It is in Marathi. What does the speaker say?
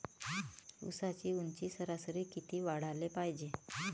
ऊसाची ऊंची सरासरी किती वाढाले पायजे?